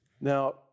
Now